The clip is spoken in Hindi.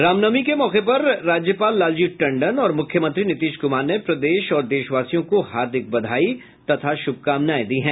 रामनवमी के मौके पर राज्यपाल लालजी टंडन और मुख्यमंत्री नीतीश कुमार ने प्रदेश और देशवासियों को हार्दिक बधाई तथा शुभकामनायें दी है